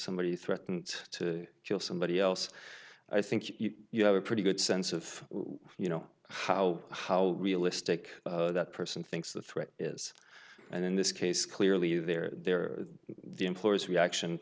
somebody threatened to kill somebody else i think you have a pretty good sense of you know how how realistic that person thinks the threat is and in this case clearly they're they're the employees reaction